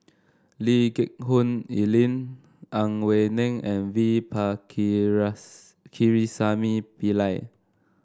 Lee Geck Hoon Ellen Ang Wei Neng and V Pakirisamy Pillai